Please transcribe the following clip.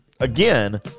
Again